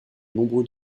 nombreux